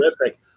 terrific